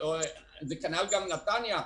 כנ"ל גם בנתניה.